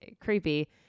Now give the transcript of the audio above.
creepy